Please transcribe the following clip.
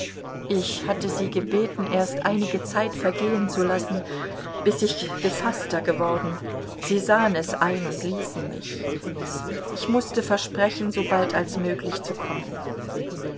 ich hatte sie gebeten erst einige zeit vergehen zu lassen bis ich gefaßter geworden sie sahen es ein und ließen mich ich mußte versprechen so bald als möglich zu kommen